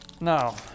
Now